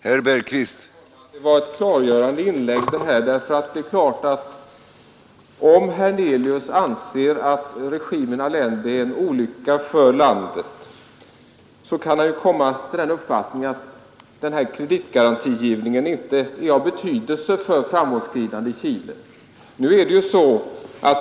Herr talman! Det var ett klargörande inlägg. Det är klart att om herr Hernelius anser att regimen Allende är en olycka för landet, kan han komma till den uppfattningen att den här kreditgarantigivningen inte är av betydelse för framåtskridandet i Chile.